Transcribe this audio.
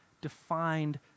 defined